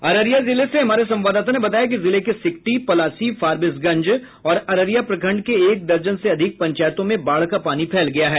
अररिया जिले से हमारे संवाददाता ने बताया कि जिले के सिकटी पलासी फारबिसगंज और अररिया प्रखंड के एक दर्जन से अधिक पंचायतों में बाढ़ का पानी फैल गया है